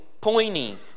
pointing